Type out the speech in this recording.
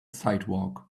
sidewalk